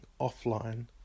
offline